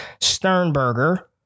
Sternberger